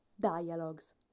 dialogues